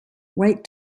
wait